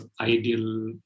ideal